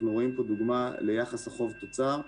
אנחנו רואים פה דוגמה ליחס חוב-תוצר,